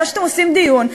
אחרי שאתם עושים דיון.